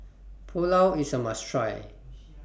Pulao IS A must Try